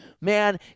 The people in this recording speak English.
man